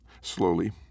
Slowly